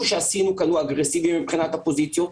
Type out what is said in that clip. שעשינו כי היינו אגרסיביים מבחינת הפוזיציות.